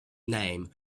name